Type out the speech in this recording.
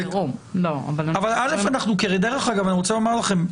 אבל א', דרך אגב, אני רוצה לומר לכם.